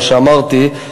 מה שאמרתי,